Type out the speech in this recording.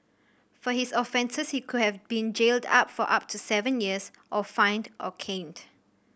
for his offences he could have been jailed up for up to seven years or fined or caned